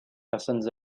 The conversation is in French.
personnes